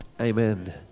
Amen